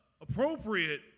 appropriate